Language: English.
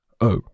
Oh